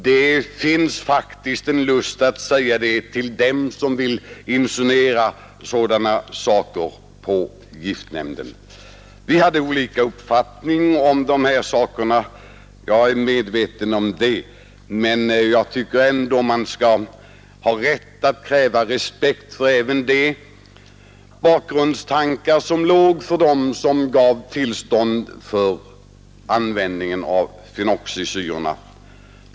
Jag har faktiskt lust att säga det till dem som insinuerar sådana saker om giftnämnden. Vi hade olika uppfattningar om de här sakerna; jag är medveten om det. Men jag tycker ändå man har rätt att kräva respekt även för de tankar som låg till grund för tillståndet att använda fenoxisyrorna.